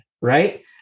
right